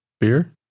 Beer